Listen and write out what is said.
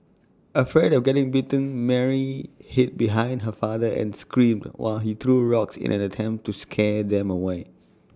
afraid of getting bitten Mary hid behind her father and screamed while he threw rocks in an attempt to scare them away